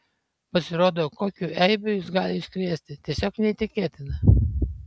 pasirodo kokių eibių jis gali iškrėsti tiesiog neįtikėtina